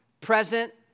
present